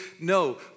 No